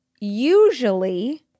usually